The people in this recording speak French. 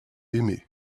aimé